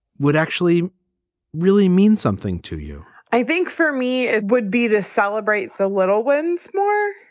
would actually really mean something to you? i think for me, it would be to celebrate the little wins more.